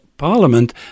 Parliament